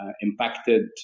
impacted